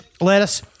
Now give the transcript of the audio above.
lettuce